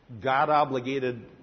God-obligated